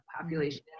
population